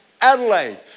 Adelaide